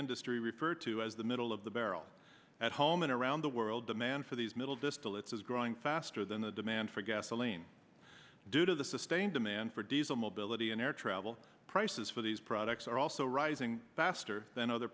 industry refer to as the middle of the barrel at home and around the world demand for these middle distil it's is growing faster than the demand for gasoline due to the sustained demand for diesel mobility in air travel prices for these products are also rising faster than other